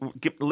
Give